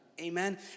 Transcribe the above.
amen